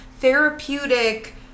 therapeutic